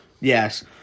Yes